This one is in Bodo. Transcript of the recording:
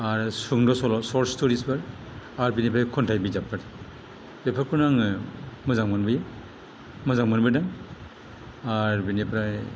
आरो सुंद' सल' शर्ट स्ट'रिसफोर आरो बिनिफ्राय खन्थाइ बिजाबफोर बेफोरखौनो आङो मोजां मोनबोयो मोजां मोनबोदों आरो बिनिफ्राय